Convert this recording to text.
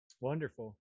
Wonderful